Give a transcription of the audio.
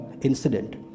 incident